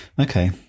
Okay